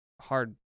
hard